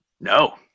No